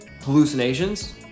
hallucinations